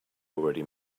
already